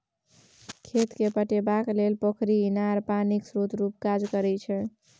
खेत केँ पटेबाक लेल पोखरि, इनार पानिक स्रोत रुपे काज करै छै